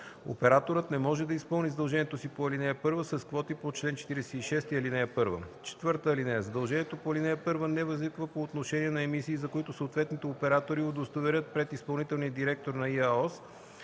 Операторът не може да изпълни задължението си по ал. 1 с квоти по чл. 46, ал. 1. (4) Задължението по ал. 1 не възниква по отношение на емисии, за които съответните оператори удостоверят пред изпълнителния директор на ИАОС,